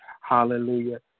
Hallelujah